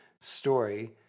story